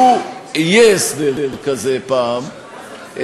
לו יהיה הסדר כזה פעם,